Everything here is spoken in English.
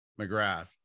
McGrath